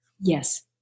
Yes